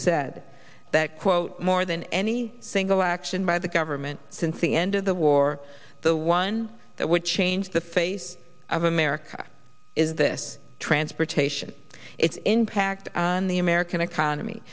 said that quote more than any single action by the government since the end of the war the one that would change the face of america is this transportation its impact on the american economy